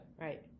Right